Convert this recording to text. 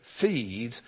feed